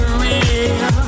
real